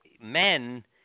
men